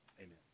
amen